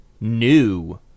new